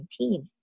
2019